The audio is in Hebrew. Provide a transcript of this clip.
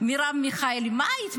הן בעד הפמיניזם?